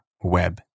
Web